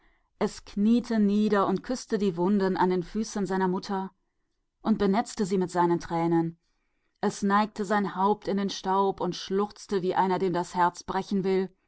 und kniete nieder und küßte die wunden an seiner mutter füßen und benetzte sie mit seinen tränen es neigte sein haupt in den staub und schluchzte wie einer dessen herz brechen will